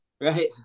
right